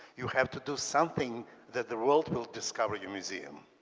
you have to do something that the world will discover your museum.